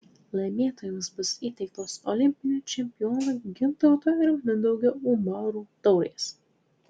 laimėtojams bus įteiktos olimpinių čempionų gintauto ir mindaugo umarų taurės